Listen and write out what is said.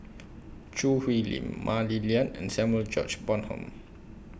Choo Hwee Lim Mah Li Lian and Samuel George Bonham